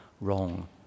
wrong